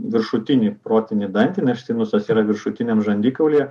viršutinį protinį dantį sinusas yra viršutiniam žandikaulyje